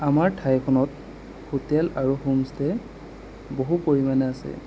আমাৰ ঠাইখনত হোটেল আৰু হোমষ্টে' বহু পৰিমাণে আছে